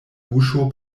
buŝo